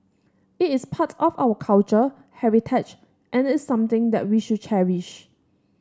it is part of our culture heritage and is something that we should cherish